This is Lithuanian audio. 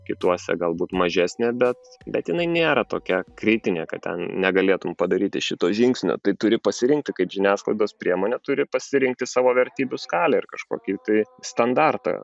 kituose galbūt mažesnė bet bet jinai nėra tokia kritinė kad ten negalėtum padaryti šito žingsnio tai turi pasirinkti kaip žiniasklaidos priemonė turi pasirinkti savo vertybių skalę ir kažkokį tai standartą